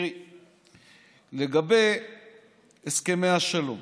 לגבי הסכמי השלום,